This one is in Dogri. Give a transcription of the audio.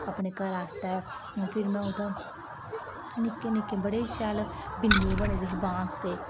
अपने घरा आस्तै फिर में निक्के निक्के बड़े शैल बिन्ने बने दे बांस दे